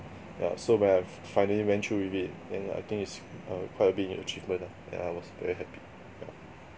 yeah so when I've finally went through with it then I think it's err quite a big an achievement lah then I was very happy yeah